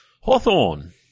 Hawthorne